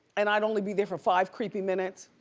and i'd only be there for five creepy minutes,